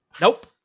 Nope